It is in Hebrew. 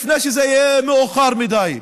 לפני שזה יהיה מאוחר מדי.